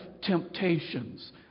temptations